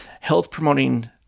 health-promoting